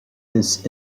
this